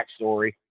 backstory